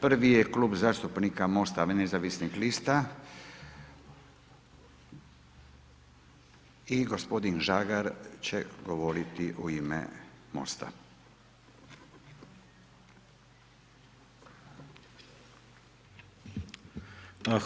Prvi je Klub zastupnika Most-a nezavisnih lista i gospodin Žagar će govoriti u ime Most-a.